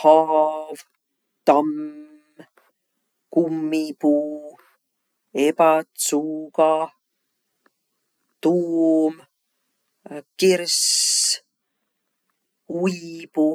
haav, tamm, kummipuu, ebätsuuga, tuum, kirss, uibu.